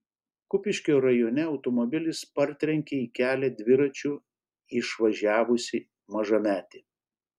kupiškio rajone automobilis partrenkė į kelią dviračiu išvažiavusį mažametį